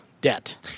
debt